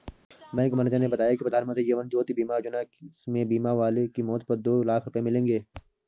bank manager ने बताया कि प्रधानमंत्री जीवन ज्योति बीमा योजना में बीमा वाले की मौत पर दो लाख रूपये मिलेंगे